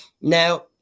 now